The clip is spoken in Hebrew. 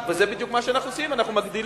זה בדיוק מה שאנחנו עושים, אנחנו מגדילים.